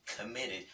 committed